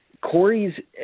Corey's